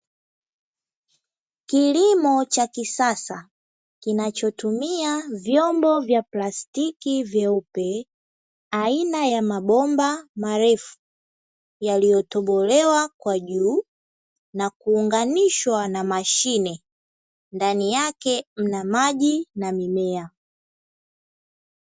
Kilimo cha kisasa kinachotumia vyombo vya plastiki vyeupe aina ya mabomba marefu yaliyotobolewa kwa juu na kuunganishwa na mashine, ndani yake mna maji na mimea.